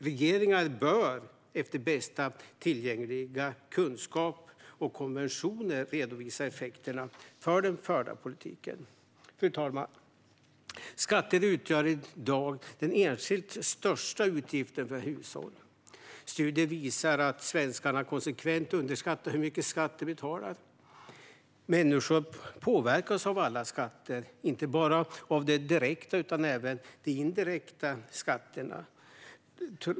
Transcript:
Regeringar bör efter bästa tillgängliga kunskap och konventioner redovisa effekterna av den förda politiken. Fru talman! Skatter utgör i dag den enskilt största utgiften för hushåll. Studier visar att svenskarna konsekvent underskattar hur mycket skatt de betalar. Människor påverkas av alla skatter, inte bara av de direkta utan även av de indirekta skatterna.